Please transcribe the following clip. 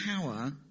power